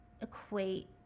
equate